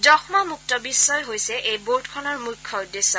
যক্ষা মুক্ত বিশ্বই হৈছে এই বোৰ্ডখনৰ মুখ্য উদ্দেশ্য